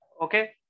Okay